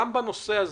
גם בנושא הזה,